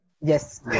Yes